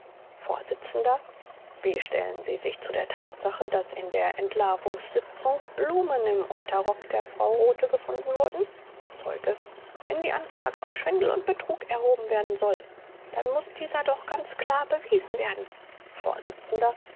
vors wie stellen sie sich zu der tatsache daß in der entlarvungssitzung blumen im unterrock der frau rothe gefunden wurden zeuge wenn die anklage auf schwindel und betrug erhoben werden soll dann muß dieser doch ganz klar bewiesen werden